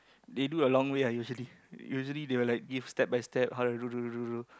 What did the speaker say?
they do a long way lah usually usually they will like give step by step how to do do do do do